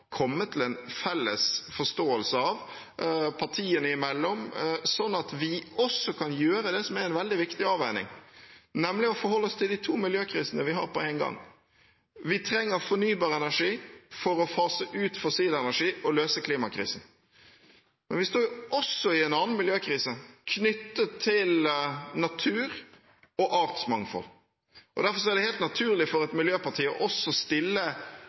kommer til en felles forståelse, sånn at vi også kan gjøre det som er en veldig viktig avveining, nemlig å forholde oss til de to miljøkrisene vi har på en gang. Vi trenger fornybar energi for å fase ut fossil energi og løse klimakrisen. Men vi står også i en annen miljøkrise knyttet til natur og artsmangfold. Derfor er det helt naturlig for et miljøparti også å stille